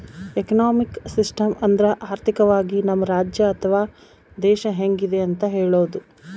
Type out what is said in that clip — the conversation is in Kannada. ಎಕನಾಮಿಕ್ ಸಿಸ್ಟಮ್ ಅಂದ್ರ ಆರ್ಥಿಕವಾಗಿ ನಮ್ ರಾಜ್ಯ ಅಥವಾ ದೇಶ ಹೆಂಗಿದೆ ಅಂತ ಹೇಳೋದು